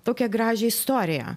tokią gražią istoriją